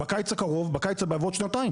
בנושא קרנות הריט.